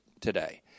today